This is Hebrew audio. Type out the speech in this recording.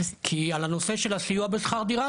כי על הנושא של הסיוע בשכר דירה,